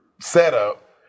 setup